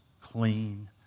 clean